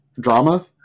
drama